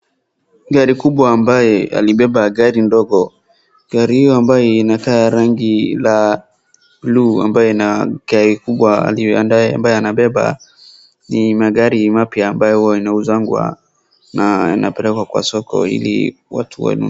Gari kubwa ambaye alibeba gari ndogo, gari hiyo ambayo inakaa ndogo ina rangi ya buluu ambayo gari kubwa anabeba ni magari mapya ambayo inauzangwa na inapekekwa kwa soko ili watu wanunue.